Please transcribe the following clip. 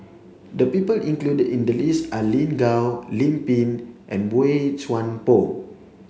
the people included in the list are Lin Gao Lim Pin and Boey Chuan Poh